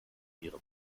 ihre